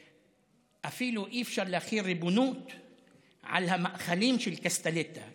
ואפילו אי-אפשר להחיל ריבונות על המאכלים של קסטלטה,